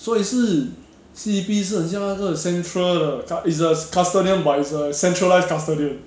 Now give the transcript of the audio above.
所以是 C_D_P 是很像那个 central 的 ca~ it's a custodian visor centralise custodian